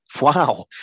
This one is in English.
Wow